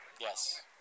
Yes